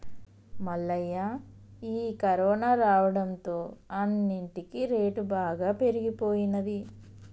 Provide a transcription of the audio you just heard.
మల్లయ్య ఈ కరోనా రావడంతో అన్నిటికీ రేటు బాగా పెరిగిపోయినది